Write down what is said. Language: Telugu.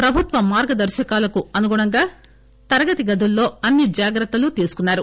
ప్రభుత్వ మార్గదర్భకాలను అనుగుణంగా తరగతి గదుల్లో అన్ని జాగ్రత్తలు తీసుకున్నారు